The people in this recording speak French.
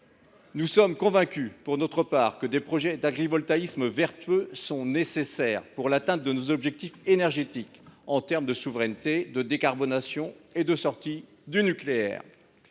Nous sommes, pour notre part, convaincus que des projets d’agrivoltaïsme vertueux sont nécessaires pour l’atteinte de nos objectifs énergétiques que sont la souveraineté, la décarbonation et la sortie du nucléaire.